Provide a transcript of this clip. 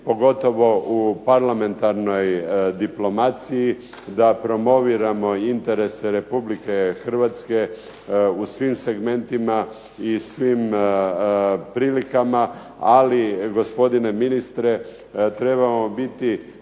pogotovo u parlamentarnoj diplomaciji da promoviramo interese Republike Hrvatske u svim segmentima i svim prilikama. Ali gospodine ministre trebamo biti